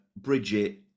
Bridget